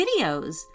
videos